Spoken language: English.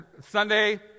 Sunday